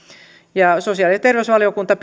sosiaali ja terveysvaliokunta